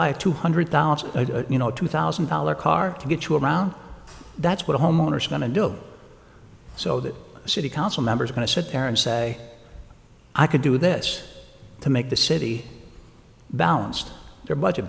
a two hundred dollars you know two thousand dollars car to get to around that's what homeowners are going to do so that city council members are going to sit there and say i could do this to make the city balanced their budget